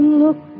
look